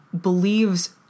believes